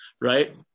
right